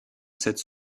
cette